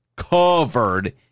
Covered